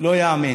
לא ייאמן.